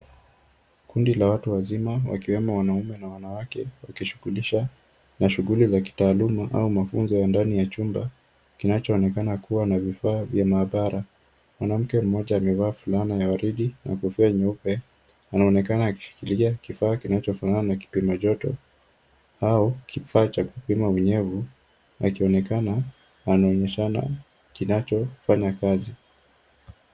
Kundi la watu wazima wakiwemo wanaume na wanawake wakishughulisha na shughuli za kitaaluma au mafunzo ya ndani ya chumba kinachoonekana kuwa na vifaa vya maabara. Mwanamke mmoja amevaa fulana ya waridi na kofia nyeupe anaonekana akishikilia kifaa kinachofanana na kipima joto au kifaa cha kupima unyevu akionekana anaonyeshana kinachofanya kazi.